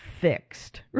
fixed